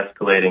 escalating